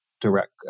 direct